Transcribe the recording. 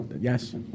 Yes